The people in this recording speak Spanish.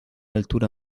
altura